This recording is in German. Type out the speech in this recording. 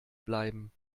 bleiben